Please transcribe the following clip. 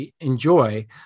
enjoy